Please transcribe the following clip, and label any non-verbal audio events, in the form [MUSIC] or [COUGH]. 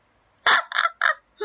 [LAUGHS]